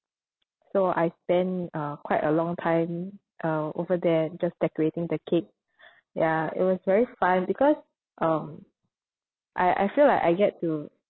so I spent uh quite a long time uh over there just decorating the cake ya it was very fun because um I I feel like I get to